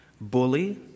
bully